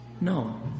No